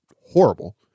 horrible